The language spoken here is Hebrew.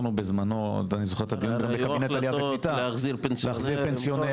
בזמנו אמרנו בדיון בקבינט עלייה וקליטה להחזיר פנסיונרים.